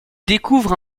découvrent